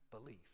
belief